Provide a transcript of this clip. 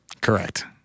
Correct